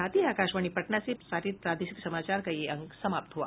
इसके साथ ही आकाशवाणी पटना से प्रसारित प्रादेशिक समाचार का ये अंक समाप्त हुआ